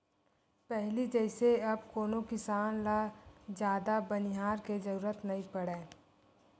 पहिली जइसे अब कोनो किसान ल जादा बनिहार के जरुरत नइ पड़य